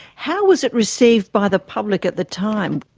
how was it received by the public at the time?